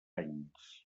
anys